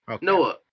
Noah